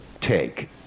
take